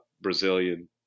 Brazilian